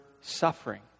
suffering